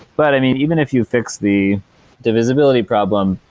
but i mean, even if you fix the divisibility problem,